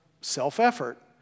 self-effort